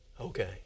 Okay